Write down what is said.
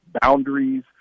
boundaries